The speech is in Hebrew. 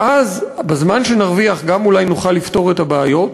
ואז, בזמן שנרוויח, גם אולי נוכל לפתור את הבעיות,